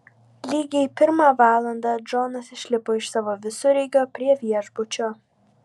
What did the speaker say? lygiai pirmą valandą džonas išlipo iš savo visureigio prie viešbučio